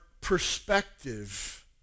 perspective